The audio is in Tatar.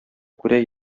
күрә